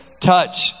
touch